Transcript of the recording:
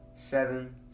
Seven